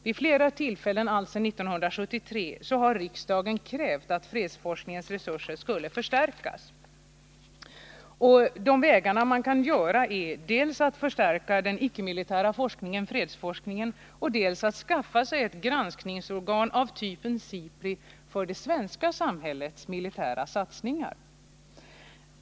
Vid flera tillfällen alltsedan 1973 har riksdagen krävt att fredsforskningens resurser skulle förstärkas. De vägar man kan gå är dels att förstärka den icke-militära forskningen, fredsforskningen, dels att skaffa sig ett granskningsorgan av typen SIPRI för det svenska samhällets militära satsningar.